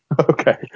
Okay